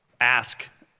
Ask